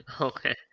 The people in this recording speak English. okay